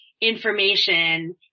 information